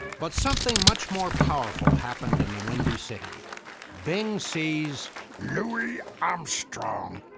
but something much more powerful happened in the windy city bing sees louie armstrong